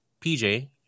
PJ